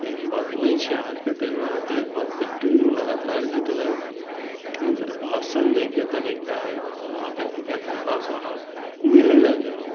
एहन बात नै छै अहाँके तैदुआरे तीन बार कंटिन्यू लगातार जीतलैथ हुनकर भाषण दै के तरीका अहाँ व्यक्ति गाएत हुनका सँ अहाँ मिलय लागेलौं